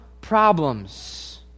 problems